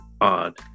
odd